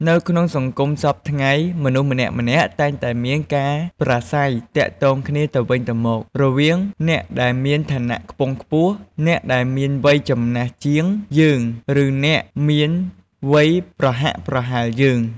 នៅក្នុងសង្គមសព្វថ្ងៃមនុស្សម្នាក់ៗតែងតែមានការប្រាស្រ័យទាក់ទងគ្នាទៅវិញទៅមករវាងអ្នកដែលមានឋានៈខ្ពង់ខ្ពស់ អ្នកដែលមានវ័យចំណាស់ជាងយើងឬអ្នកមានវ័យប្រហាក់ប្រហែលយើង។